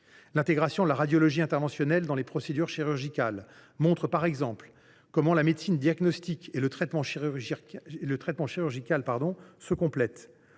L’intégration de la radiologie interventionnelle dans les procédures chirurgicales montre par exemple comment la médecine diagnostique et le traitement chirurgical se complètent.